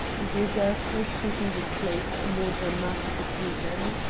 and reserved her shooting display for a more dramatic occasion.